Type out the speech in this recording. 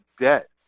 debt